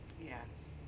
Yes